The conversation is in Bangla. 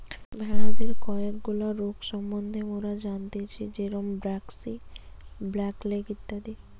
ভেড়াদের কয়েকগুলা রোগ সম্বন্ধে মোরা জানতেচ্ছি যেরম ব্র্যাক্সি, ব্ল্যাক লেগ ইত্যাদি